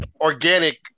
organic